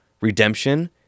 redemption